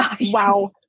Wow